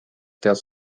tead